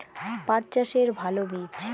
পাঠ চাষের ভালো বীজ?